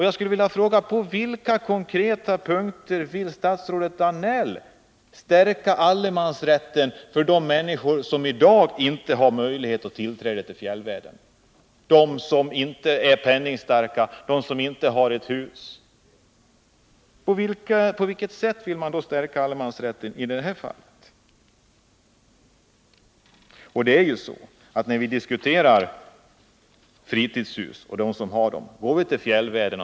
Jag skulle vilja fråga: På vilka konkreta punkter vill statsrådet Danell stärka allemansrätten för de människor som i dag inte har tillträde till fjällvärlden — de som inte är penningstarka, de som inte har ett hus? På vilket sätt vill man stärka allemansrätten i de fallen? Går vi till fjällvärlden och ser på andelshusen finner vi att det är de penningstarka som äger dem.